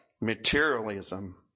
Materialism